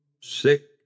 sick